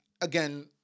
again